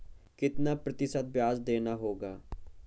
कितना प्रतिशत ब्याज देना होगा?